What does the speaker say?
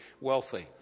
wealthy